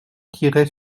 tiraient